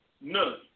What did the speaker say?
None